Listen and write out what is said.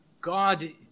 God